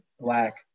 black